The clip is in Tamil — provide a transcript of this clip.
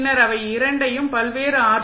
பின்னர் அவை இரண்டையும் பல்வேறு ஆர்